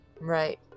Right